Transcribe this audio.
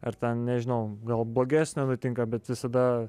ar ten nežinau gal blogesnio nutinka bet visada